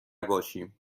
باشیم